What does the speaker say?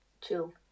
chill